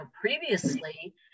Previously